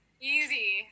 easy